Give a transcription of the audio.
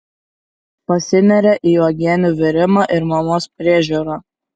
pasineria į uogienių virimą ir mamos priežiūrą